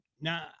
now